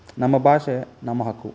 ನಮ್ಮ ಭಾಷೆ ನಮ್ಮ ಹಕ್ಕು